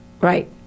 Right